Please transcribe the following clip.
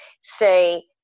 say